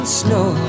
snow